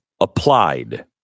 applied